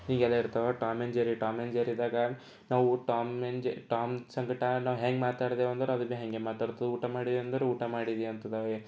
ಹೀಗೆಲ್ಲ ಇರ್ತವೆ Tom and Jerry Tom and ಜೆರಿದಾಗ ನಾವು ಟಾಮ್ ಎನ್ ಜೆ ಟಾಮ್ ಸಂಗಡ ನಾವು ಹೇಗೆ ಮಾತಾಡ್ತೇವೆ ಅಂದರೆ ಅದು ಬಿ ಹಾಗೆ ಮಾತಾಡ್ತದೆ ಊಟ ಮಾಡಿದ್ದೀಯ ಅಂದರೆ ಊಟ ಮಾಡಿದ್ದೀಯ ಅಂತದೆ